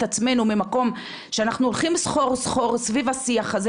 עצמנו ממקום שאנחנו הולכים סחור סחור סביב השיח הזה